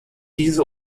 diese